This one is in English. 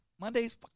Monday's